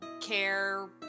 care